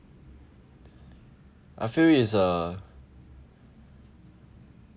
I feel it's a